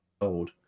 old